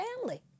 family